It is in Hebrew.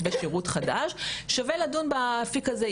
מתווה שירות חדש שווה לדון באפיק הזה,